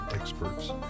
Experts